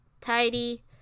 tidy